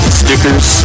stickers